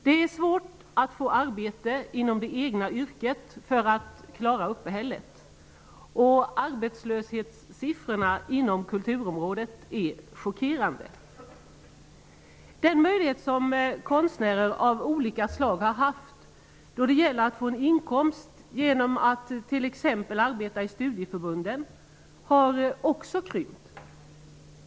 Det är svårt att få arbete inom det egna yrket för att klara uppehället. Arbetslöshetssiffrorna inom kulturområdet är chockerande. Den möjlighet som konstnärer av olika slag har haft då det gäller att få en inkomst genom att t.ex. arbeta i studieförbunden har också krympt.